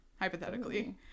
Hypothetically